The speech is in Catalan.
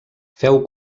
féu